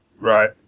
Right